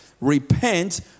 Repent